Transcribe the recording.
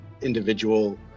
individual